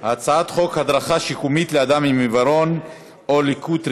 הצעת חוק הדרכה שיקומית לאדם עם עיוורון או לקות ראייה,